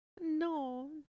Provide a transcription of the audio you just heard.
No